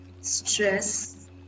stress